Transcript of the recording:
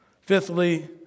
Fifthly